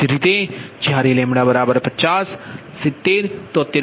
એ જ રીતે જ્યારે 50 70 73